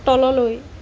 তললৈ